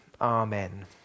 Amen